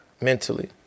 mentally